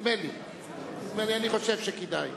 נדמה לי, אני חושב שכדאי.